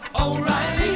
O'Reilly